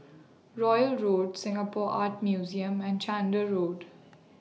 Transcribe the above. Royal Road Singapore Art Museum and Chander Road